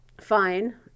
fine